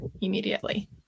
immediately